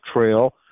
Trail